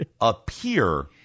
appear –